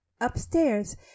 upstairs